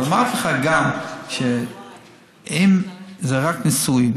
אבל אמרתי לך גם שזה רק ניסוי,